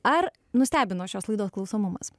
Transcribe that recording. ar nustebino šios laida klausomumas